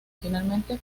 finalmente